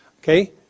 Okay